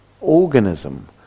organism